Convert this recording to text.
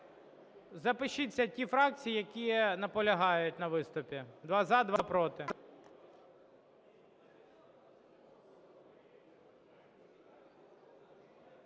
Запишіться ті фракції, які наполягають на виступі. Два – за, два – проти.